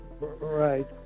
Right